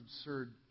absurd